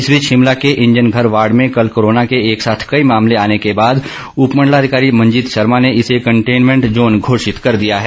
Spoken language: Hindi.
इस बीच शिमला के इंजन घर वार्ड में कल कोरोना के एक साथ कई मामले आने के बाद उपमंडलाधिकारी मंजीत शर्मा ने इसे कंटेनमेंट जोन घोषित कर दिया है